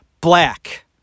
black